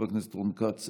חבר הכנסת רון כץ,